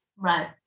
Right